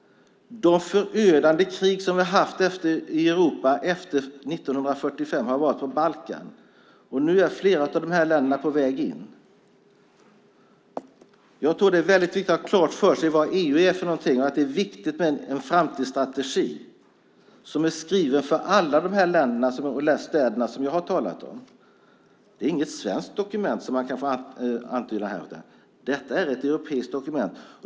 De förödande krig som vi haft i Europa efter 1945 har varit på Balkan. Nu är flera av dessa länder på väg in. Det är väldigt viktigt att ha klart för sig vad EU är för någonting. Det är viktigt med en framtidsstrategi för alla de länder och städer som jag har talat om. Det är inget svenskt dokument, som man antyder här. Det är ett europeiskt dokument.